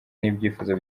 n’ibyifuzo